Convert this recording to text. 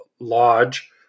Lodge